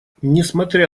несмотря